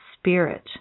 spirit